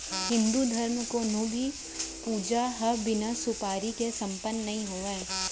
हिन्दू धरम म कोनों भी पूजा ह बिना सुपारी के सम्पन्न नइ होवय